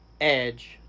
Edge